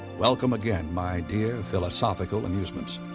welcome again, my dear philosophical amusements